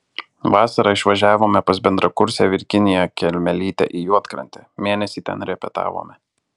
vasarą išvažiavome pas bendrakursę virginiją kelmelytę į juodkrantę mėnesį ten repetavome